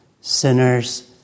Sinners